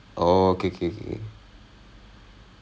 because I know I'm good at it அந்த மாதிரி:antha maathiri